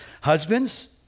husbands